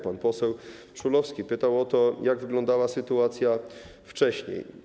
Pan poseł Szulowski pytał o to, jak wyglądała sytuacja wcześniej.